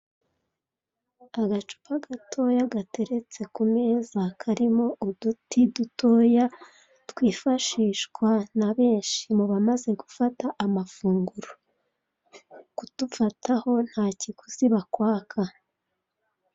Agacupa gatoya gateretse kumeza karimo uduti dutoya twifashishwa na benshi mu bamaze gufata amafunguro kudufataho nta kiguzi bakwaka.